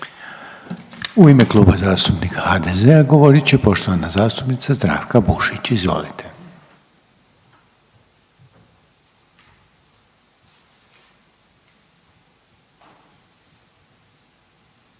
u ime Kluba zastupnika HDZ-a govoriti poštovana zastupnica Nadica Dreven Budinski, izvolite.